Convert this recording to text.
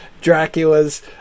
Dracula's